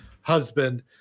husband